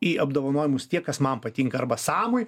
į apdovanojimus tie kas man patinka arba samui